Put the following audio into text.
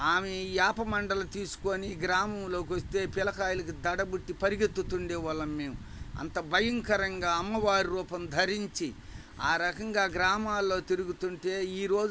ఆమె వేపమండలు తీసుకొని గ్రామంలోకి వస్తే పిల్లకాయలకి దడ పుట్టి పరిగెత్తుతుండేవాళ్ళము మేము అంత భయంకరంగా అమ్మవారి రూపం ధరించి ఆ రకంగా గ్రామాల్లో తిరుగుతుంటే ఈరోజు